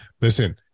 listen